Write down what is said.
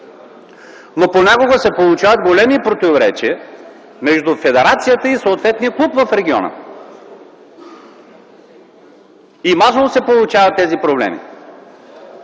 но понякога се получават големи противоречия между федерацията и съответния клуб в региона. Масово се получават тези проблеми.